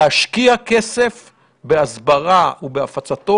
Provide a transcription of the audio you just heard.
להשקיע כסף בהסברה ובהפצתו.